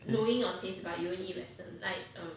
okay